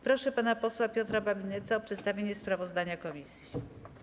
Proszę pana posła Piotra Babinetza o przedstawienie sprawozdania komisji.